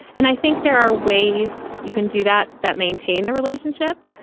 and i think there are ways you can do that that maintain the relationship.